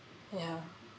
ya